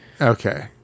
Okay